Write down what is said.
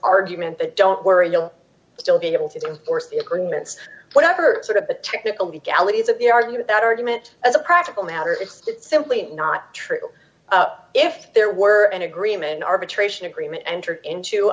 argument that don't worry you'll still be able to enforce it remans whatever sort of a technical gallies of the argument that argument as a practical matter it's simply not true if there were an agreement arbitration agreement entered into